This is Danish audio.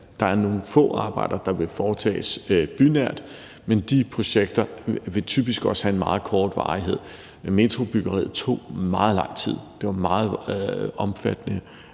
Der er nogle få arbejder, der vil foretages bynært, men de projekter vil typisk også have en meget kort varighed. Metrobyggeriet tog meget lang tid. Det var meget omfattende,